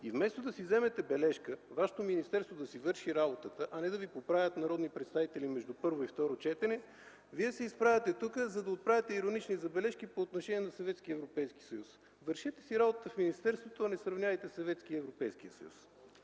Вместо да си вземете бележка, вашето министерство да си върши работата, а не да Ви поправят народни представители между първо и второ четене, Вие се изправяте тук, за да отправяте иронични забележки по отношение на Съветския и Европейския съюз. Вършете си работата в министерството, а не сравнявайте Съветския и Европейския съюз.